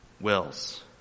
wills